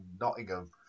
Nottingham